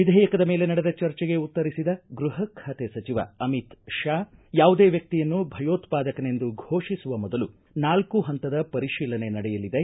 ವಿಧೇಯಕದ ಮೇಲೆ ನಡೆದ ಚರ್ಚೆಗೆ ಉತ್ತರಿಸಿದ ಗೃಹ ಖಾತೆ ಸಚಿವ ಅಮಿತ್ ಶಾ ಯಾವುದೇ ವ್ಯಕ್ತಿಯನ್ನು ಭಯೋತ್ಪಾದಕನೆಂದು ಘೋಷಿಸುವ ಮೊದಲು ನಾಲ್ಕು ಪಂತದ ಪರಿಶೀಲನೆ ನಡೆಯಲಿದೆ